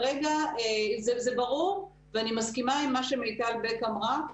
זה ברור, ואני מסכימה עם מה שמיטל בק אמרה,